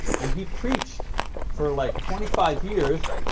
and he preached for like twenty five years